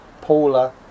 Paula